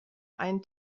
ein